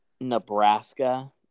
Nebraska